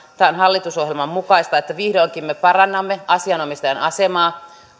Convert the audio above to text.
on hallitusohjelman mukaista että vihdoinkin me parannamme asianomistajan asemaa